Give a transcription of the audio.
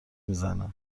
میزنه